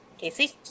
Casey